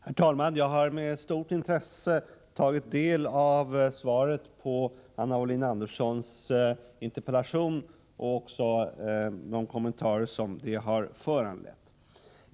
Herr talman! Jag har med stort intresse tagit del av svaret på Anna Wohlin-Anderssons interpellation och de kommentarer som det har föranlett.